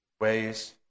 ways